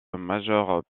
majeure